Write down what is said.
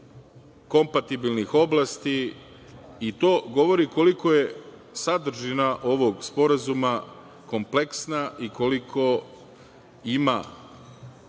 kompatibilnih oblasti i to govori koliko je sadržina ovog sporazuma kompleksna i koliko ima